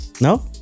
No